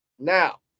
Now